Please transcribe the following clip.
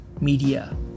Media